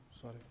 Sorry